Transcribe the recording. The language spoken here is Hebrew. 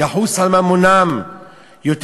יחוס על ממונם יותר